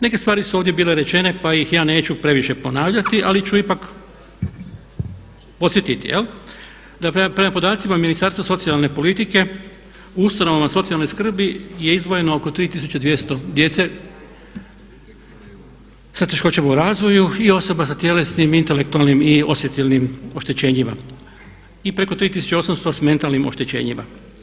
Neke stvari su ovdje bile rečene, pa ih ja neću previše ponavljati ali ću ipak podsjetiti da prema podacima Ministarstva socijalne politike u ustanovama socijalne skrbi je izdvojeno oko 3200 djece sa teškoćama u razvoju i osoba sa tjelesnim, intelektualnim i osjetilnim oštećenjima i preko 3800 s mentalnim oštećenjima.